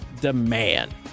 demand